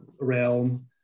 realm